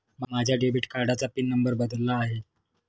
माझ्या डेबिट कार्डाचा PIN number बदलला आहे